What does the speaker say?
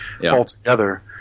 altogether